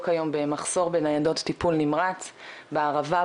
היום במחסור בניידות טיפול נמרץ בערבה,